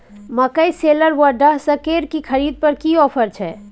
मकई शेलर व डहसकेर की खरीद पर की ऑफर छै?